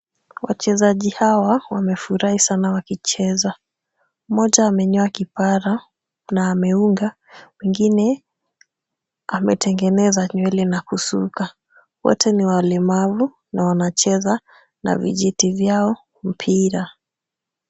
Wachezaji hawa wamefurahi sana wakicheza. Mmoja amenyoa kipara na ameunga . Mwingine ametengeneza nywele na kusuka. Wote ni walemavu na wanacheza na vijiti vyao mpira.